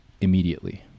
immediately